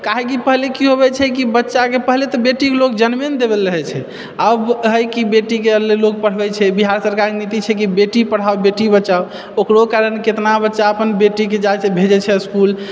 काहे कि पहले की होबै छै कि बच्चाके पहले तऽ बेटीके लोग जन्मे नहि केकरो होइ छै आब होइ कि बेटीके लोग पढ़बै छै बिहार सरकारके नीति छै कि बेटी पढ़ाओ बेटी बचाओ ओकरो कारण केतना बच्चा अपन बेटीके जाएके भेजै छै इसकुल